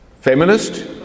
Feminist